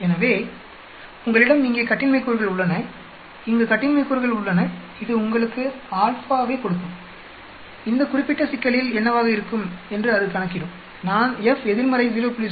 எனவே உங்களிடம் இங்கே கட்டின்மை கூறுகள் உள்ளன இங்கு கட்டின்மை கூறுகள் உள்ளன அது உங்களுக்கு ஆல்பாவைக் கொடுக்கும் இந்த குறிப்பிட்ட சிக்கலில் என்னவாக இருக்கும் என்று அது கணக்கிடும்நான் F எதிர்மறை 0